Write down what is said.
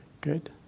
good